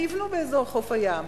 ויבנו באזור חוף הים.